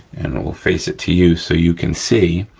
and we'll face it to you, so you can see,